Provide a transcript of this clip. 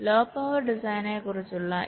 law power ഡിസൈനിനെക്കുറിച്ചുള്ള low power design